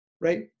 right